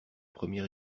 premier